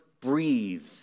breathe